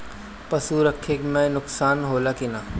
पशु रखे मे नुकसान होला कि न?